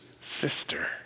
sister